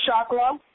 chakra